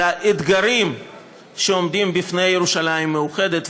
על האתגרים שעומדים בפני ירושלים מאוחדת,